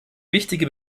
wichtige